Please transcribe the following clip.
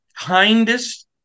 kindest